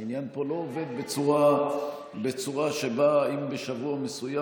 העניין פה לא עובד בצורה שבה אם בשבוע מסוים